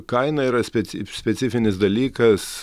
kaina yra speci specifinis dalykas